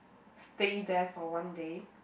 stay there for one day